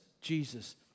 Jesus